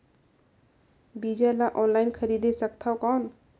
बीजा ला ऑनलाइन खरीदे सकथव कौन?